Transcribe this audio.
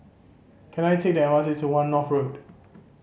can I take the M R T to One North Road